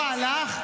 לא הלך,